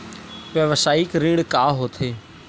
व्यवसायिक ऋण का होथे?